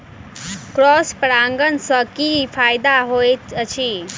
Cross परागण सँ की फायदा हएत अछि?